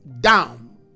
down